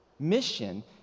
mission